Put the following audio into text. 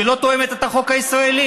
שלא תואמת את החוק הישראלי?